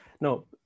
no